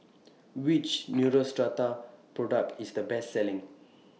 Which Neostrata Product IS The Best Selling